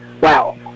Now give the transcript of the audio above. wow